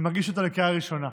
אני מגיש אותה לקריאה ראשונה,